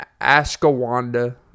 Askawanda